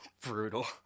brutal